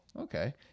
okay